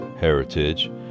heritage